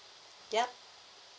yup